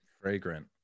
Fragrant